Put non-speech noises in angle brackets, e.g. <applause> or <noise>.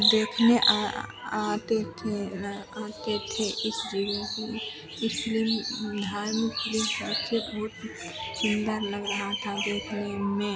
देखने आ आते थे र आते थे इस <unintelligible> की इस फिलिम धर्म फिलिम <unintelligible> सुन्दर लग रहा था देखने में